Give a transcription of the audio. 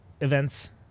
events